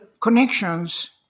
connections